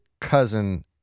cousin